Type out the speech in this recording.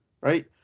right